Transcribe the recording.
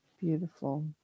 beautiful